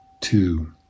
Two